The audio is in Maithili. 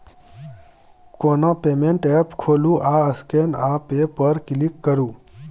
कोनो पेमेंट एप्प खोलु आ स्कैन आ पे पर क्लिक करु